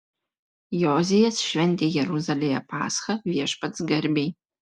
jozijas šventė jeruzalėje paschą viešpaties garbei